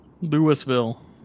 Louisville